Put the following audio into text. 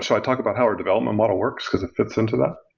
so i talked about how our development model works because it fits into that.